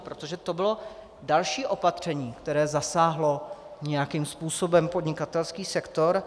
Protože to bylo další opatření, které zasáhlo nějakým způsobem podnikatelský sektor.